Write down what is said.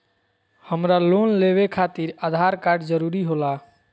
हमरा लोन लेवे खातिर आधार कार्ड जरूरी होला?